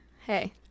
hey